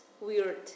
Weird